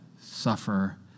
suffer